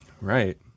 right